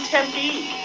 Tempe